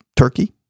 Turkey